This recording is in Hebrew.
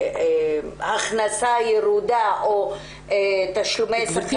והכנסה ירודה או תשלומי שכר נמוכים.